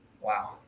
wow